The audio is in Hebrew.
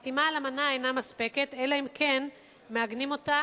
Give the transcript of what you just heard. חתימה על אמנה אינה מספקת, אלא אם כן מעגנים אותה